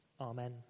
Amen